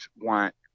want